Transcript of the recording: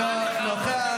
אינו נוכח.